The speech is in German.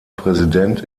präsident